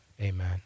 Amen